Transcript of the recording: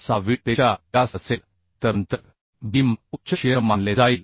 6Vd पेक्षा जास्त असेल तर नंतर बीम उच्च शिअर मानले जाईल